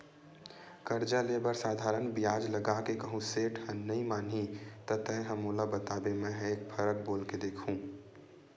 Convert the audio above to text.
करजा ले बर साधारन बियाज लगा के कहूँ सेठ ह नइ मानही त तेंहा मोला बताबे मेंहा एक फरक बोल के देखहूं